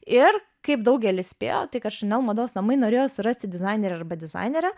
ir kaip daugelis spėjo tai kad šanel mados namai norėjo surasti dizainerį arba dizainerę